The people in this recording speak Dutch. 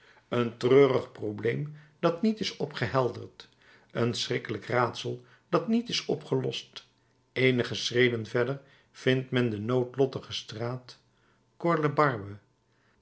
een treurig probleem dat niet is opgehelderd een schrikkelijk raadsel dat niet is opgelost eenige schreden verder vindt men de noodlottige straat